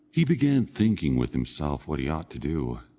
he began thinking with himself what he ought to do,